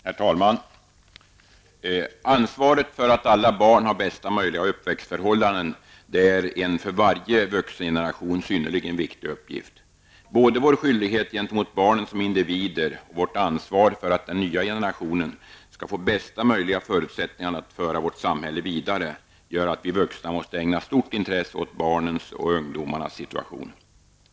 Herr talman! Ansvaret för att alla barn har bästa möjliga uppväxtförhållanden är en för varje vuxengeneration synnerligen viktig uppgift. Både vår skyldighet gentemot barnen som individer och vårt ansvar för att den nya generationen skall få bästa möjliga förutsättningar för att föra vårt samhälle vidare gör att vi vuxna måste ägna stort intresse åt barnens och ungdomarnas situation.